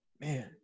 Man